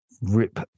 rip